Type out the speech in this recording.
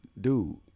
dude